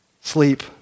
Sleep